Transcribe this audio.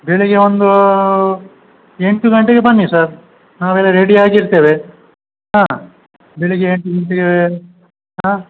ಬೆಳಿಗ್ಗೆ ಒಂದು ಎಂಟು ಗಂಟೆಗೆ ಬನ್ನಿ ಸರ್ ನಾವೆಲ್ಲ ರೆಡಿಯಾಗಿ ಇರ್ತೇವೆ ಹಾಂ ಬೆಳಿಗ್ಗೆ ಎಂಟು ಹಾಂ